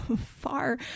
far